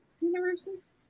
universes